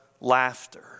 laughter